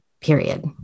period